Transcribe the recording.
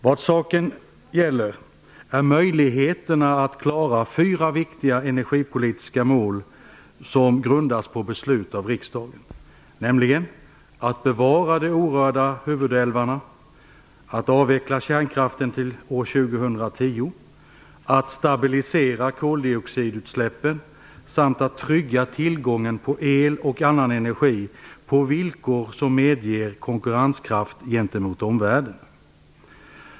Vad saken gäller är möjligheterna att klara fyra viktiga energipolitiska mål som grundas på beslut av riksdagen, nämligen att bevara de orörda huvudälvarna, att avveckla kärnkraften till år 2010, att stabilisera koldioxidutsläppen samt att trygga tillgången på el och annan energi på villkor som medger konkurrenskraft gentemot omvärlden.